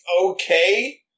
okay